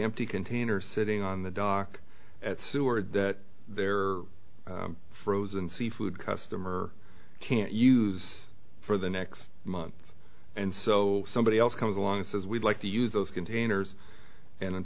empty containers sitting on the dock at seward that their frozen seafood customer can't use for the next month and so somebody else comes along and says we'd like to use those containers and